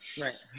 Right